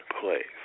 place